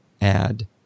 add